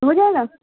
ممجھے نا